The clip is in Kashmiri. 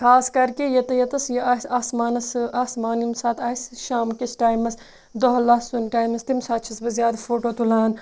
خاص کَر کہِ ییٚتہِ یٔتَس یہِ آسہِ آسمانَس سُہ آسمان ییٚمہِ ساتہٕ آسہِ شام کِس ٹایمَس دۄہ لوسٕوُن ٹایمَس تَمہِ ساتہٕ چھَس بہٕ زیادٕ فوٹو تُلان